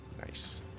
Nice